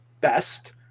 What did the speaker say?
best